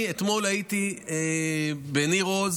אתמול הייתי בניר עוז